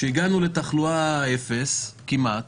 כשהגענו לתחלואה אפס כמעט,